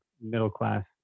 middle-class